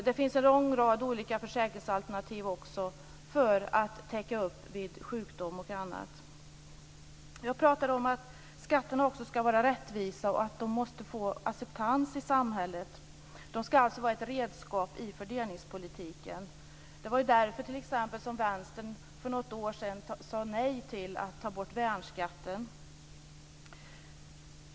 Det finns också en lång rad olika försäkringsalternativ för att täcka upp vid sjukdom och annat. Jag talade om att skatterna ska vara rättvisa och att de måste få acceptans i samhället. De ska alltså vara ett redskap i fördelningspolitiken. Det var ju därför t.ex. som Vänstern för något år sedan sade nej till att ta bort värnskatten.